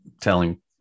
telling